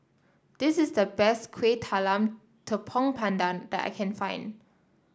this is the best Kueh Talam Tepong Pandan that I can find